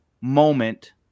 moment